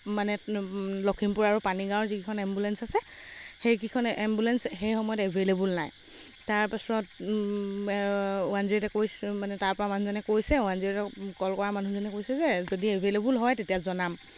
মানে লখিমপুৰ আৰু পানীগাঁৱৰ যিকেইখন এম্বুলেঞ্চ আছে সেইকেইখন এম্বুলেঞ্চ সেই সময়ত এভেইলেবল নাই তাৰপাছত ওৱান জিৰ' এইটে কৈছে মানে তাৰপা মানুহজনে কৈছে ৱান জিৰ' কল কৰা মানুহজনে কৈছে যে যদি এভেইলেবল হয় তেতিয়া জনাম